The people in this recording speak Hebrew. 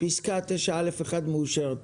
פסקה 9(א)(1) מאושרת.